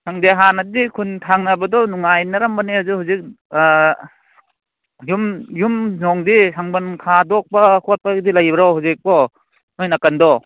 ꯈꯪꯗꯦ ꯍꯥꯟꯅꯗꯤ ꯈꯨꯟ ꯊꯪꯅꯕꯗꯣ ꯅꯨꯡꯉꯥꯏꯅꯔꯝꯕꯅꯦ ꯑꯗꯣ ꯍꯧꯖꯤꯛ ꯌꯨꯝ ꯌꯨꯝ ꯅꯨꯡꯗꯤ ꯁꯝꯕꯜ ꯈꯥꯗꯣꯛꯄ ꯈꯣꯠꯄꯗꯤ ꯂꯩꯕ꯭ꯔꯣ ꯍꯧꯖꯤꯛꯄꯣ ꯅꯣꯏ ꯅꯥꯀꯜꯗꯣ